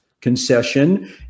concession